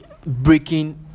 breaking